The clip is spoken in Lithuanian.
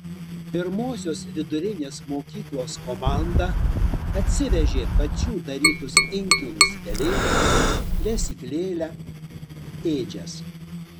pirmosios vidurinės mokyklos komanda atsivežė pačių darytus inkilus pelėdoms lesyklėlę ėdžias